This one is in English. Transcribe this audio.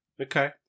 Okay